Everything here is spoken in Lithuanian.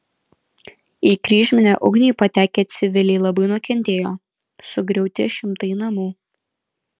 į kryžminę ugnį patekę civiliai labai nukentėjo sugriauti šimtai namų